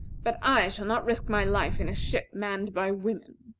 but i shall not risk my life in a ship manned by women.